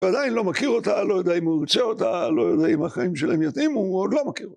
עדיין לא מכיר אותה, לא יודע אם הוא רוצה אותה, לא יודע אם החיים שלהם יתאים, הוא עוד לא מכיר אותה.